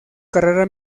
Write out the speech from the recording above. carrera